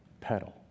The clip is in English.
Pedal